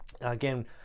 Again